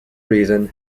reason